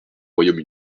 royaume